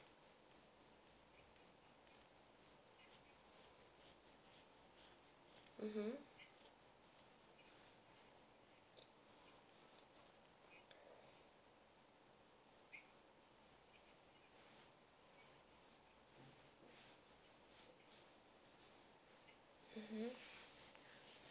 mmhmm mmhmm